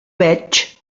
veig